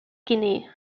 guinea